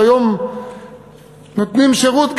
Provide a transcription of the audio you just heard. שהיום נותנים שירות,